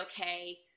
okay